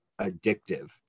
addictive